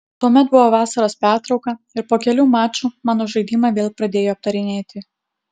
tuomet buvo vasaros pertrauka ir po kelių mačų mano žaidimą vėl pradėjo aptarinėti